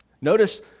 Notice